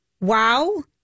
Wow